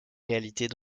réalités